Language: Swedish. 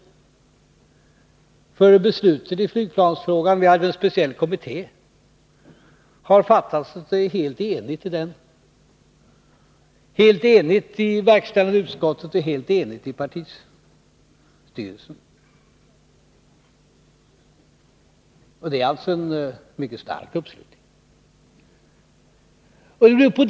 Vi hade en specialkommitté i flygplansfrågan, och beslutet fattades helt enigt i den, i verkställande utskottet och i partistyrelsen. Det är alltså en mycket stark uppslutning.